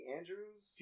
Andrews